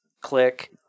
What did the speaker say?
Click